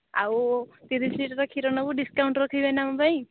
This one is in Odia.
ଆଉ ତିରିଶି ଲିଟର୍ କ୍ଷୀର ନେବୁ ଡିସକାଉଣ୍ଟ୍ ରଖିବେ ନା ଆମ ପାଇଁ